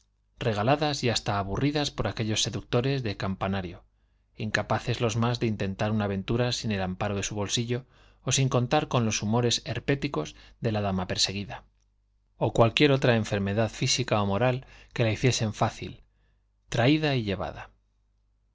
regaladas y hasta aburridas por aquellos seductores de campanario incapaces los más de intentar una aventura sin el amparo de su bolsillo o sin contar con los humores herpéticos de la dama perseguida o cualquier otra enfermedad física o moral que la hiciesen fácil traída y llevada